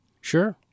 Sure